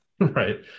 Right